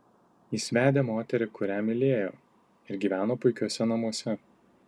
jis vedė moterį kurią mylėjo ir gyveno puikiuose namuose